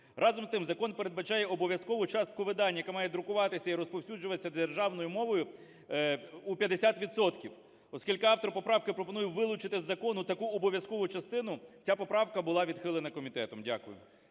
Разом з тим, закон передбачає обов'язкову частку видань, яка має друкуватися і розповсюджуватися державною мовою, у 50 відсотків. Оскільки автор поправки пропонує вилучити з закону таку обов'язкову частину, ця поправка була відхилена комітетом. Дякую.